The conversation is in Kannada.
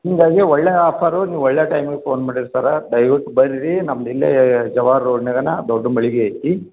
ನಿಮ್ಗ ಹಂಗೆ ಒಳ್ಳೆಯ ಆಫರು ನೀವು ಒಳ್ಳೆಯ ಟೈಮಿಗೆ ಫೋನ್ ಮಾಡಿದ್ರ ಸರಾ ದಯ್ವಿಟ್ಟು ಬರ್ರಿ ನಮ್ದ ಇಲ್ಲೇ ಜವಾರ್ ರೋಡ್ನ್ಯಗನ ದೊಡ್ಡ ಮಳಿಗಿ ಐತಿ